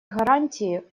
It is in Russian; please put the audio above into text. гарантии